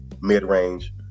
mid-range